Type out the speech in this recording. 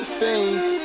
faith